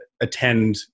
attend